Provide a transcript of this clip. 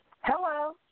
Hello